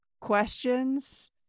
questions